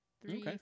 three